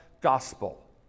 gospel